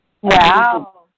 Wow